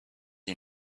you